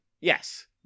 Yes